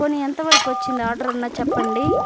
పోనీ ఎంతవరకూ వచ్చింది ఆర్డర్ అన్నా చెప్పండీ